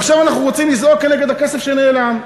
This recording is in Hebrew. ועכשיו אנחנו רוצים לזעוק כנגד הכסף שנעלם.